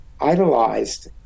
idolized